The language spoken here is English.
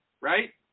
right